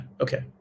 okay